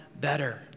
better